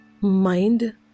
mind